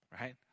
Right